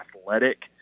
athletic